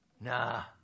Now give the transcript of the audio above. Nah